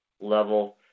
level